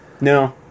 No